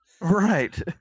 Right